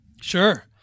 Sure